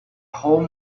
home